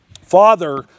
Father